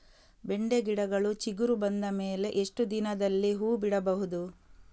ಬೆಂಡೆ ಗಿಡಗಳು ಚಿಗುರು ಬಂದ ಮೇಲೆ ಎಷ್ಟು ದಿನದಲ್ಲಿ ಹೂ ಬಿಡಬಹುದು?